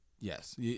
yes